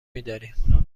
میداریم